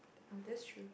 oh that's true